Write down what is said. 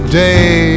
day